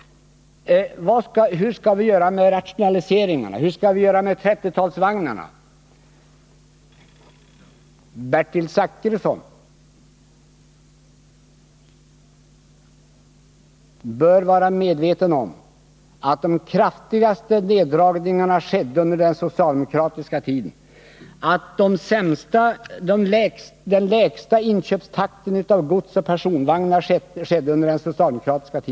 Hur skall vi göra med rationaliseringarna? Hur skall vi göra med 123 Bertil Zachrisson bör vara medveten om att de kraftigaste neddragningarna gjordes under den socialdemokratiska tiden, att det var under den socialdemokratiska tiden som SJ hade den lägsta inköpstakten av godsoch personvagnar.